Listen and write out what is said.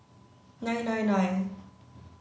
nine nine nine